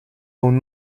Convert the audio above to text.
aún